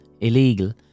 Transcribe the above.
illegal